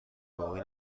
باقی